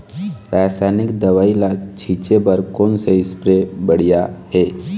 रासायनिक दवई ला छिचे बर कोन से स्प्रे बढ़िया हे?